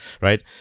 right